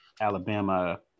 Alabama